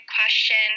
question